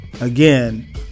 again